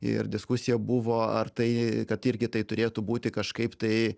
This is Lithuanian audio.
ir diskusija buvo ar tai kad irgi tai turėtų būti kažkaip tai